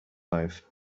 life